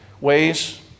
ways